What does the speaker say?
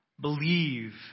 believe